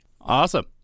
Awesome